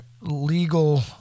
legal